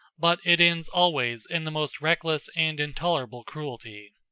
but it ends always in the most reckless and intolerable cruelty.